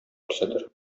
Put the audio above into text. күрсәтер